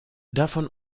davon